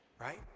right